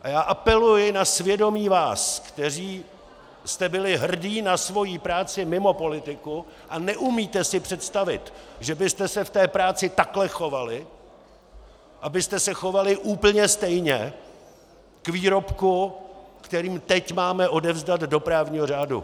A já apeluji na svědomí vás, kteří jste byli hrdi na svoji práci mimo politiku a neumíte si představit, že byste se v té práci takhle chovali, abyste se chovali úplně stejně k výrobku, který teď máme odevzdat do právního řádu.